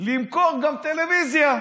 למכור גם טלוויזיה,